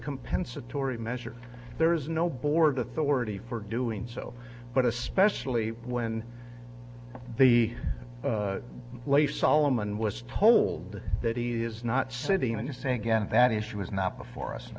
compensatory measure there is no board authority for doing so but especially when the lay solomon was told that he is not sitting and say again that issue is not before